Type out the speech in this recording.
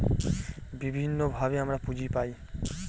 বিভিন্নভাবে আমরা পুঁজি পায়